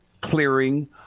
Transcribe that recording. clearing